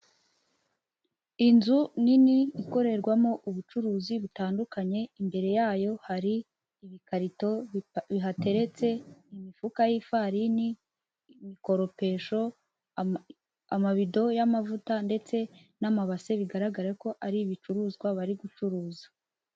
Inzu nini ikorerwamo ubucuruzi butandukanye, imbere yayo hari ibikarito bihateretse imifuka y'ifarini imikoropesho, amabido y'amavuta ndetse n'amabase bigaragare ko ari ibicuruzwa bari gucuruza.